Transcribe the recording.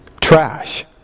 Trash